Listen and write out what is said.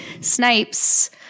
Snipes